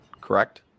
correct